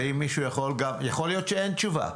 יכול להיות שאין תשובה.